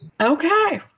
Okay